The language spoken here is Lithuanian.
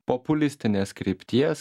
populistinės krypties